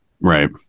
Right